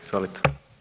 Izvolite.